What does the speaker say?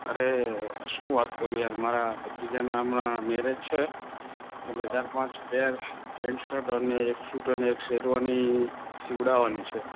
અરે શું વાત કરું યાર મારા ભત્રીજાના હમણાં મેરેજ છે એટલે ચાર પાંચ પેર પેન્ટ શર્ટ અને એક સૂટ અને એક શેરવાની સિવડાવવાની છે